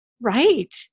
Right